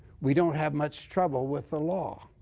we don't have much trouble with the law.